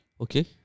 Okay